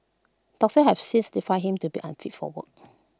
doctors have since certified him to be unfit for work